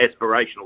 aspirational